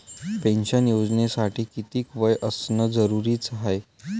Pension योजनेसाठी कितीक वय असनं जरुरीच हाय?